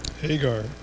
Hagar